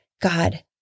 God